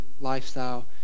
lifestyle